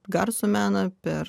garso meną per